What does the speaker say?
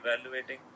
evaluating